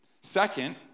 Second